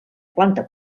planta